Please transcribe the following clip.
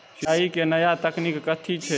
सिंचाई केँ नया तकनीक कथी छै?